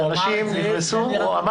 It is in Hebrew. לא,